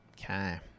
Okay